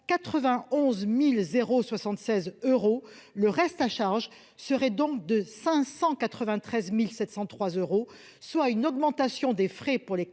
91 076 euros. Le reste à charge serait donc de 593 703 euros, soit une augmentation des frais pour les